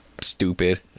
stupid